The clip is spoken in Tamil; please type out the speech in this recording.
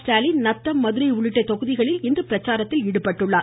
ஸ்டாலின் நத்தம் மதுரை உள்ளிட்ட தொகுதிகளில் இன்று பிரச்சாரத்தில் ஈடுபடுகிறார்